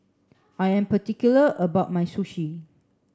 I am particular about my Sushi